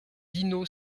dino